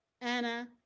Anna